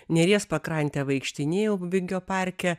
neries pakrante vaikštinėjau vingio parke